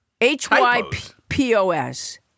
H-Y-P-O-S